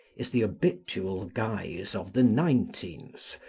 is the habitual guise of the nineteenth,